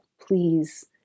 please